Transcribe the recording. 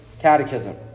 catechism